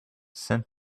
sent